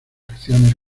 acciones